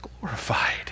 glorified